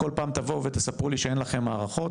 כל פעם תבואו ותספרו לי שאין לכם הערכות.